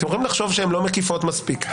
אתם יכולים לחשוב שהן לא מקיפות מספיק,